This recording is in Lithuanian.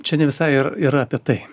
čia ne visai yr yra apie tai